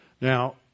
Now